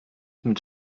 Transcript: mit